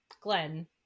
Glenn